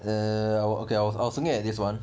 uh okay I was I was thinking like this [one]